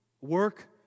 work